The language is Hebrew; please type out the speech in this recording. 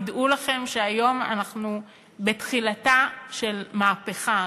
תדעו לכם שהיום אנחנו בתחילתה של מהפכה,